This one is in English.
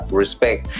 respect